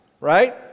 Right